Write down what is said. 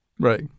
Right